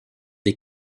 des